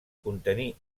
contenir